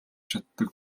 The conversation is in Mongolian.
чаддаг